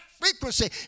frequency